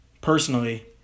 personally